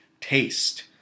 taste